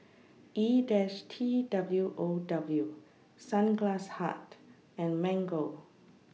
E dash T W O W Sunglass Hut and Mango